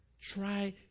try